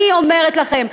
אני אומרת לכם,